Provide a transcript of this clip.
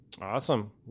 Awesome